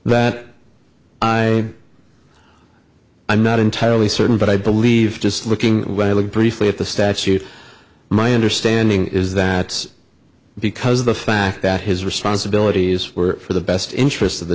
that i i'm not entirely certain but i believe just looking when i looked briefly at the statute my understanding is that because of the fact that his responsibilities were for the best interests of the